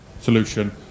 solution